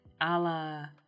Allah